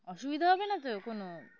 অসুবিধা হবে না তো কোনো